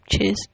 cheers